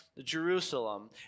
Jerusalem